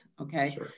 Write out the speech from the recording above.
Okay